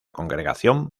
congregación